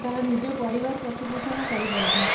ତା'ର ନିଜ ପରିବାର ପ୍ରତିପୋଷଣ କରିପାରୁଛି